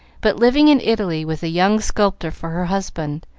but living in italy, with a young sculptor for her husband,